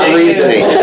reasoning